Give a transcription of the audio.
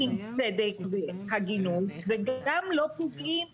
צדק והגינות וגם לא פוגעים